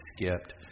skipped